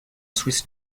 swiss